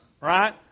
right